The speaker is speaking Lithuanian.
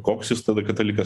koks jis tada katalikas